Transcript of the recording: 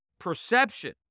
perception